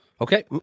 Okay